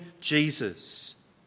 Jesus